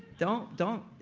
don't, don't.